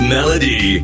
Melody